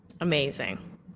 Amazing